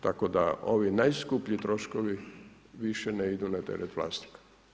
Tako da ovi najskuplji troškovi više ne idu na teret vlasnika.